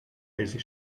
eisi